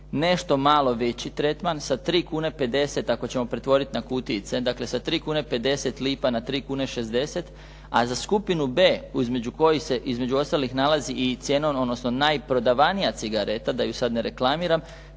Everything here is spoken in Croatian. nešto malo veći tretman, sa 3 kune 50 ako ćemo pretvoriti na kutijice, dakle sa 3 kune 50 lipa na 3 kune 60, a za skupinu B između kojih se između ostalih nalazi i cijena, odnosno najprodavanija cigareta da ju sada ne reklamiram